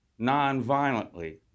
nonviolently